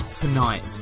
tonight